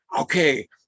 Okay